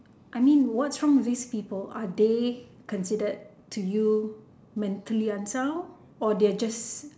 I mean what's wrong with these people are they considered to you mentally unsound or they are just